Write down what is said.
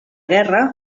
guerra